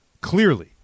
Clearly